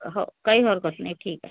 हो काही हरकत नाही ठीक आहे